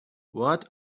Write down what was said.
what